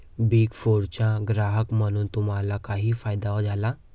Big फोरचा ग्राहक बनून तुम्हाला काही फायदा झाला?